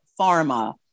Pharma